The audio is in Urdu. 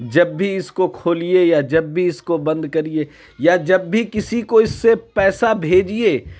جب بھی اِس کو کھولیے یا جب بھی اِس کو بند کریے یا جب بھی کسی کو اِس سے پیسہ بھیجیے